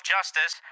Justice